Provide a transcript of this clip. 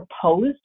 proposed